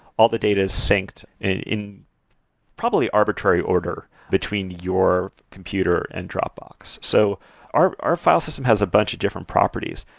all the data is synced in probably arbitrary order between your computer and dropbox so our our file system has a bunch of different properties.